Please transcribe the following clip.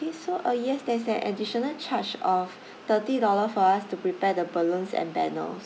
so uh yes there's the additional charge of thirty dollar for us to prepare the balloons and banners